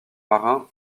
marin